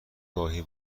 گاهی